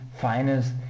finest